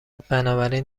بنابراین